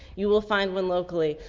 you will find when locally.